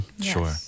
sure